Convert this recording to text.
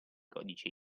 codice